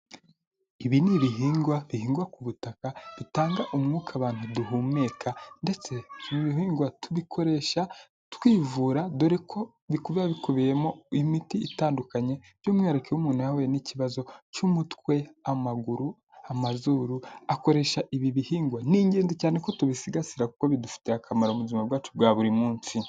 Ibi ni ibihingwa bihingwa ku butaka bitanga umwuka abantu duhumeka, ndetse n'ibihingwa tubikoresha twivura, dore ko biba bikubiyemo imiti itandukanye, by'umwihariko iyo umuntu yahuye n'ikibazo cy'umutwe, amaguru, amazuru, akoresha ibi bihingwa, ni ingenzi cyane ko tubisigasira kuko bidufitiye akamaro mu buzima bwacu bwa buri munsi.